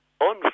On